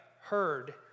heard